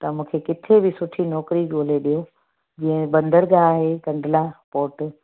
त मूंखे किथे बि सुठि नौकिरी ॻोल्हे ॾियो जीअं बंदरगाह आहे कंडिला पोर्ट